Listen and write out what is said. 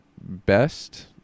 best